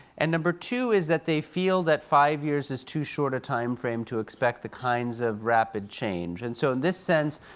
and number two is that they feel that five years is two short a timeframe to expect the kinds of rapid change. and so in this sense,